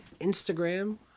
Instagram